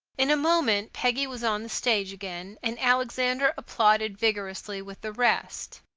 in a moment peggy was on the stage again, and alexander applauded vigorously with the rest.